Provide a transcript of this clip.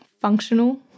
functional